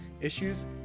issues